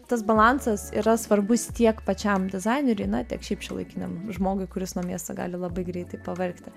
tas balansas yra svarbus tiek pačiam dizaineriui na tiek šiaip šiuolaikiniam žmogui kuris nuo miesto gali labai greitai pavargti